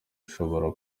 ashobora